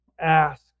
Ask